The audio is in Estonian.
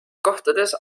kohtades